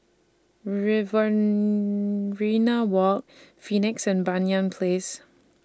Riverina Walk Phoenix and Banyan Place